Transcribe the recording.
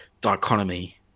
Dichotomy